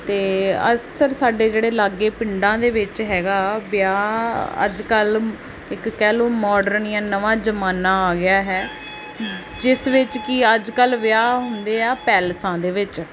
ਅਤੇ ਅਕਸਰ ਸਾਡੇ ਜਿਹੜੇ ਲਾਗੇ ਪਿੰਡਾਂ ਦੇ ਵਿੱਚ ਹੈਗਾ ਵਿਆਹ ਅੱਜ ਕੱਲ੍ਹ ਇੱਕ ਕਹਿ ਲਓ ਮਾਡਰਨ ਜਾਂ ਨਵਾਂ ਜਮਾਨਾ ਆ ਗਿਆ ਹੈ ਜਿਸ ਵਿੱਚ ਕਿ ਅੱਜ ਕੱਲ੍ਹ ਵਿਆਹ ਹੁੰਦੇ ਆ ਪੈਲਸਾਂ ਦੇ ਵਿੱਚ